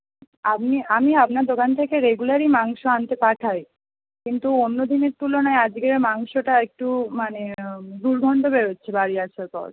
আপনি আমি আপনার দোকান থেকে রেগুলারই মাংস আনতে পাঠাই কিন্তু অন্য দিনের তুলনায় আজকে মাংসটা একটু মানে দুর্গন্ধ বেরোচ্ছে বাড়ি আসার পর